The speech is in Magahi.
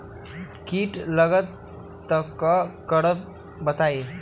कीट लगत त क करब बताई?